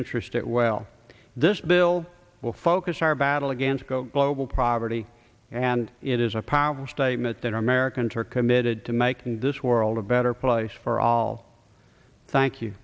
interest that well this bill will fall ocus our battle against go global property and it is a powerful statement that americans are committed to making this world a better place for all thank you